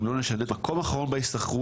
אם לא נשנה את התנאים של הנוירולוגים בארץ,